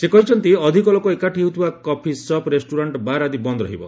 ସେ କହିଛନ୍ତି ଅଧିକ ଲୋକ ଏକାଠି ହେଉଥିବା କପି ସପ୍ ରେଷ୍ଟରାଣ୍ଷ୍ ବାର ଆଦି ବନ୍ ରହିବ